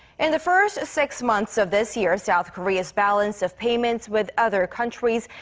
and the first six months of this year. south korea's balance of payments with other countries.